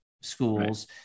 schools